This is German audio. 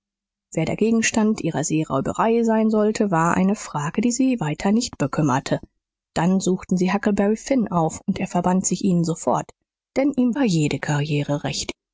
wer der gegenstand ihrer seeräuberei sein sollte war eine frage die sie weiter nicht bekümmerte dann suchten sie huckleberry finn auf und er verband sich ihnen sofort denn ihm war jede karriere recht